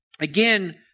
Again